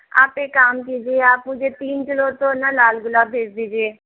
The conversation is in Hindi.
आप एक कम कीजिए आप मुझे तीन किलो तो न लाल गुलाब भेज दीजिए